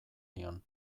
nion